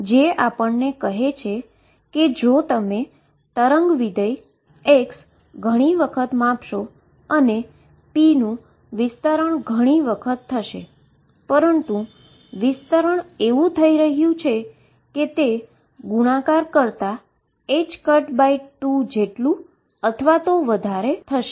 જે આપણને કહે છે કે જો તમે વેવ ફંક્શન x ઘણી વખત માપશો અને p નુ સ્પ્રેડ ઘણી વખત થશે પરંતુ સ્પ્રેડ એવું થઈ રહ્યું છે કે તે ગુણાકાર કરતાં 2 જેટલું અથવા વધારે હશે